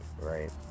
right